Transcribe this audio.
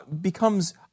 becomes